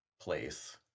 place